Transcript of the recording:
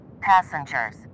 passengers